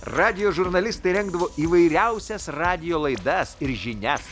radijo žurnalistai rengdavo įvairiausias radijo laidas ir žinias